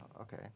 okay